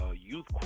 youth